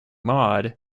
mod